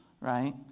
right